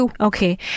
Okay